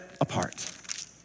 apart